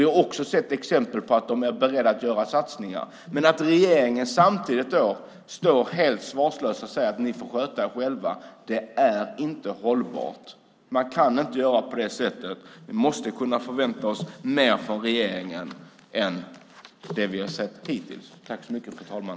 Vi har ju också sett exempel på att man är beredd att göra satsningar. Men samtidigt är regeringen helt svarslös. Man säger bara: Ni får sköta er själva. Detta är inte hållbart. Man kan inte göra på det sättet. Vi måste kunna förvänta oss mer från regeringen än det vi hittills sett.